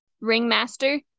Ringmaster